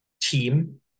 team